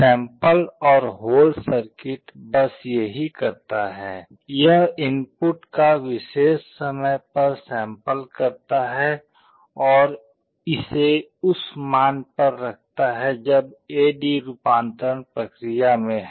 sample और hold circuit बस यही करता है यह इनपुट का विशेष समय पर सैंपल करता है और इसे उस मान पर रखता है जब एडी रूपांतरण प्रक्रिया में है